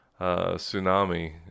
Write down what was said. tsunami